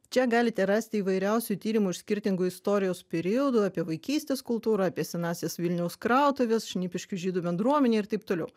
čia galite rasti įvairiausių tyrimų iš skirtingų istorijos periodų apie vaikystės kultūrą apie senąsias vilniaus krautuves šnipiškių žydų bendruomenę ir taip toliau